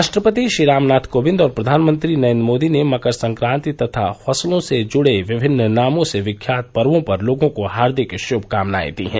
राष्ट्रपति श्री रामनाथ कोविंद और प्रधानमंत्री नरेन्द्र मोदी ने मकर संक्रांति तथा फसलों से जुड़े विभिन्न नामों से विख्यात पर्वो पर लोगों को हार्दिक शुभकामनायें दी है